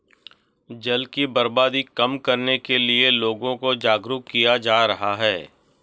जल की बर्बादी कम करने के लिए लोगों को जागरुक किया जा रहा है